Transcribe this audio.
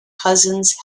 cousins